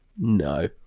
No